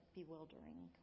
bewildering